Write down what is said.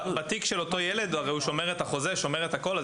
בתיק של הילד הוא שומר את החוזה ואת הכול אז